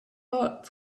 hot